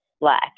black